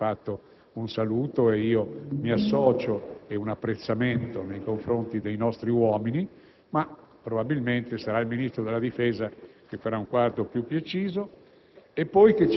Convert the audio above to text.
Quello che ci attendiamo è che vi sia una partecipazione integrata del Governo, e non del Ministro degli affari esteri da una parte e del Ministro della difesa dall'altra;